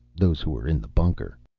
those who were in the bunker.